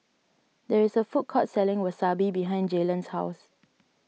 there is a food court selling Wasabi behind Jaylen's house